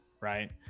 right